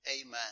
amen